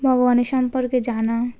ভগবানের সম্পর্কে জানা